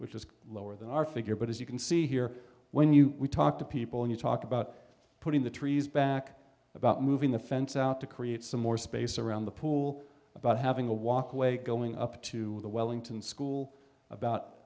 which is lower than our figure but as you can see here when you talk to people when you talk about putting the trees back about moving the fence out to create some more space around the pool about having a walkway going up to the wellington school